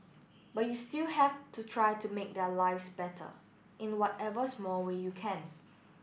but you still have to try to make their lives better in whatever small way you can